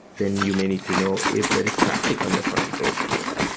then you may need to know if there is traffic on the current road network.